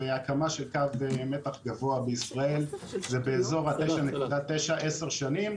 הקמה של קו מתח גבוה בישראל הוא באזור 9.9 10 שנים.